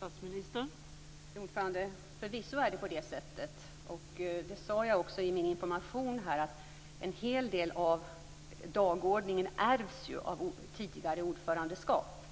Fru talman! Förvisso är det på det sättet. Jag sade också i min information att en hel del av dagordningen ärvs från tidigare ordförandeskap.